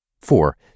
Four